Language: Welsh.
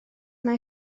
mae